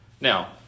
Now